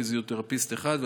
פיזיותרפיסט אחד,